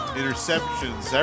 interceptions